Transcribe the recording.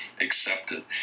accepted